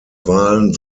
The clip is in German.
wahlen